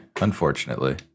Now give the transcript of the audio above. unfortunately